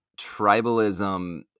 tribalism